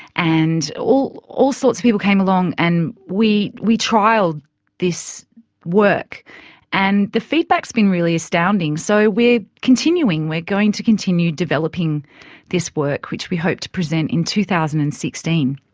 and all, all sorts of people came along and we, we trialled this work and the feedback's been really astounding. so we're continuing, we're going to continue developing this work, which we hope to present in two thousand and sixteen.